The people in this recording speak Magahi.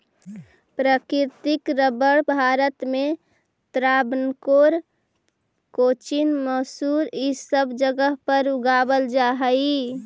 प्राकृतिक रबर भारत में त्रावणकोर, कोचीन, मैसूर इ सब जगह पर उगावल जा हई